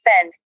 send